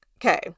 Okay